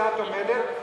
שאת עומדת,